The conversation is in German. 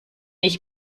ich